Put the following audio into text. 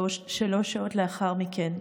שלוש שעות לאחר מכן,